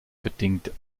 bedingte